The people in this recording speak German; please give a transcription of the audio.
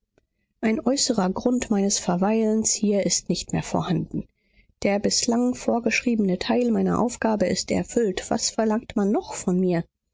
ein äußerer grund meines verweilens hier ist nicht mehr vorhanden der bislang vorgeschriebene teil meiner aufgabe ist erfüllt was verlangt man noch von mir